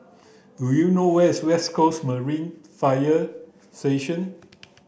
do you know where is West Coast Marine Fire Station